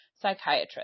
psychiatrist